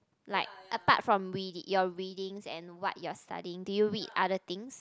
like apart from read your readings and what you are studying do you read other things